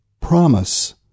promise